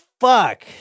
fuck